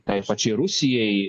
tai pačiai rusijai